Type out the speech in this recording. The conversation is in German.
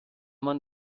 man